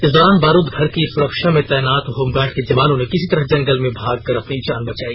इस दौरान बारूद घर की सुरक्षा में तैनात होमगार्ड के जवानों ने किसी तरह जंगल में भाग कर अपनी जान बचाई